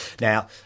Now